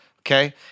okay